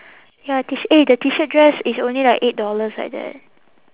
ya T shirt eh the T shirt dress is only like eight dollars like that